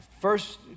First